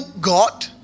God